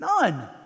None